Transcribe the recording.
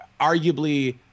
arguably